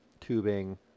tubing